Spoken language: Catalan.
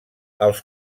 els